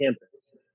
campus